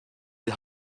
die